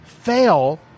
fail